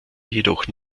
jedoch